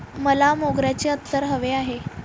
मला मोगऱ्याचे अत्तर हवे आहे